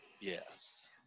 yes